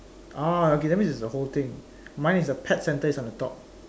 ah okay that means it's the whole thing mine is the pet centre is on the top